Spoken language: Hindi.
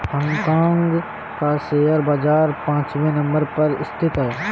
हांग कांग का शेयर बाजार पांचवे नम्बर पर स्थित है